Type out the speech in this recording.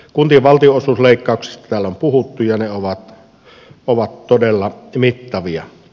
kuntien valtionosuusleikkauksista täällä on puhuttu ja ne ovat todella mittavia